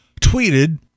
tweeted